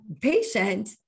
patient